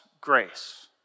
grace